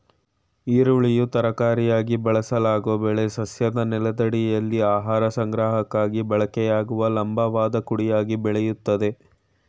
ಈರುಳ್ಳಿಯು ತರಕಾರಿಯಾಗಿ ಬಳಸಲಾಗೊ ಬೆಳೆ ಸಸ್ಯದ ನೆಲದಡಿಯಲ್ಲಿ ಆಹಾರ ಸಂಗ್ರಹಕ್ಕಾಗಿ ಬಳಕೆಯಾಗುವ ಲಂಬವಾದ ಕುಡಿಯಾಗಿ ಬೆಳಿತದೆ